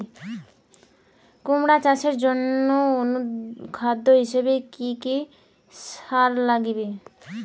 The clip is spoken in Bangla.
কুমড়া চাষের জইন্যে অনুখাদ্য হিসাবে কি কি সার লাগিবে?